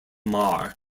marr